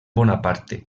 bonaparte